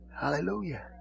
Hallelujah